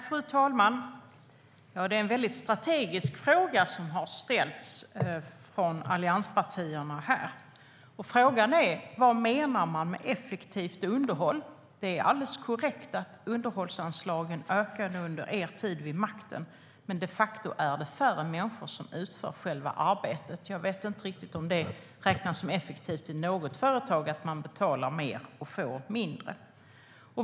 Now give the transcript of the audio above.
Fru talman! Det är en väldigt strategisk fråga som har ställts här från allianspartierna. Frågan är: Vad menar man med effektivt underhåll? Det är alldeles korrekt att underhållsanslagen ökade under er tid vid makten. Men de facto är det färre människor som utför själva arbetet. Jag vet inte riktigt om det räknas som effektivt i något företag att betala mer och få mindre.